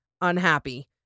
unhappy